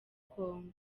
congo